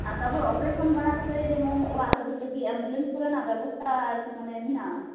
ᱟᱻ ᱛᱟᱨᱯᱚᱨᱮ ᱚᱯᱟᱨᱮᱥᱚᱱ ᱵᱟᱲᱟ ᱠᱟᱛᱮᱫ ᱡᱮᱢᱚᱱ ᱚᱲᱟᱜ ᱦᱤᱡᱩᱜ ᱞᱟᱹᱜᱤᱫ ᱮᱢᱵᱩᱞᱮᱱᱥ ᱠᱚᱨᱮᱱᱟᱜ ᱵᱮᱵᱚᱥᱛᱟ ᱚᱱᱠᱟ ᱟᱨᱠᱤ ᱢᱟᱱᱮ ᱢᱮᱱᱟᱜᱼᱟ